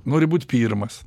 nori būt pirmas